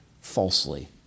falsely